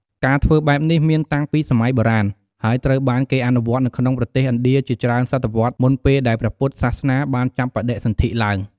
ការធ្វើបែបនេះមានតាំងពីសម័យបុរាណ ហើយត្រូវបានគេអនុវត្តនៅក្នុងប្រទេសឥណ្ឌាជាច្រើនសតវត្សរ៍មុនពេលដែលព្រះពុទ្ធសាសនាបានចាប់បដិសន្ធិឡើង។